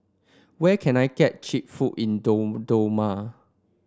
where can I get cheap food in Dodoma